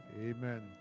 Amen